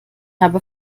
habe